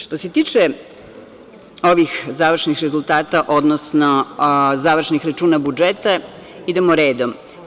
Što se tiče ovih završnih rezultata, odnosno završnih računa budžeta, idemo redom.